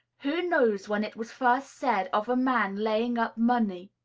who knows when it was first said of a man laying up money,